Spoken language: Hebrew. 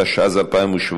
התשע"ז 2017,